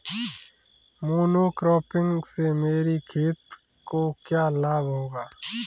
Monocropping से मेरी खेत को क्या लाभ होगा?